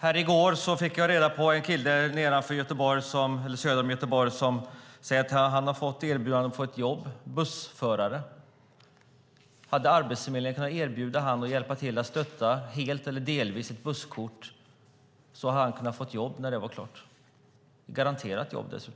I går fick jag reda på att en kille söder om Göteborg hade fått erbjudande om ett jobb som bussförare. Hade Arbetsförmedlingen kunnat erbjuda honom att hjälpa till och stötta honom helt eller delvis med ett busskort hade han kunnat få ett jobb, dessutom ett garanterat jobb.